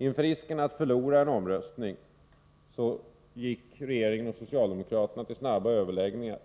Inför risken att förlora en omröstning gick regeringen och socialdemokraterna till snabba överläggningar